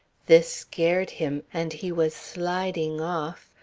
this scared him, and he was sliding off,